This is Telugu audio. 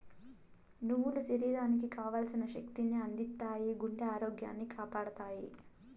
నువ్వులు శరీరానికి కావల్సిన శక్తి ని అందిత్తాయి, గుండె ఆరోగ్యాన్ని కాపాడతాయి